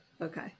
Okay